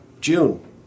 June